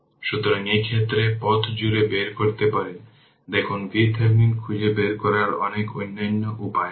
সুতরাং এই ক্ষেত্রে পথ খুঁজে বের করতে পারেন দেখুন VThevenin খুঁজে বের করার অনেক অন্যান্য উপায় আছে